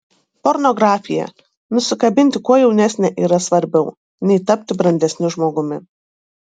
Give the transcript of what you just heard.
pornografija nusikabinti kuo jaunesnę yra svarbiau nei tapti brandesniu žmogumi